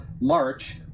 March